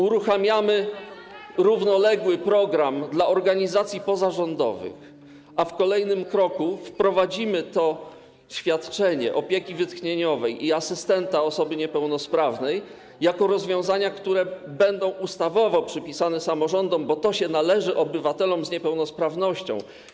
My uruchamiamy równoległy program dla organizacji pozarządowych, a w kolejnym kroku wprowadzimy to świadczenie opieki wytchnieniowej i asystenta osoby niepełnosprawnej jako rozwiązania, które będą ustawowo przypisane samorządom, bo to się należy obywatelom z niepełnosprawnością.